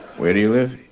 where do you live?